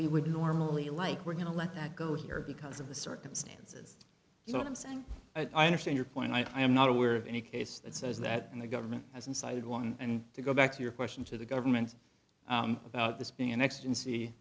we would normally like we're going to let that go here because of the circumstances you know what i'm saying i understand your point i'm not aware of any case that says that the government hasn't cited one and to go back to your question to the government about this being an e